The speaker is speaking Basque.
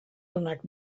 onak